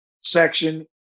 section